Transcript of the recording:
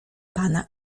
pana